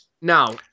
Now